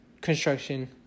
construction